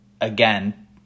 again